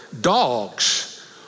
dogs